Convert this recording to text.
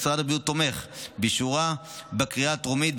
משרד הבריאות תומך באישורה בקריאה טרומית,